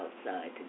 outside